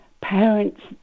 parents